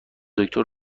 دکتر